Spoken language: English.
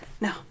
No